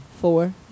Four